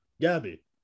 Gabby